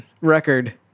record